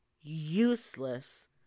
useless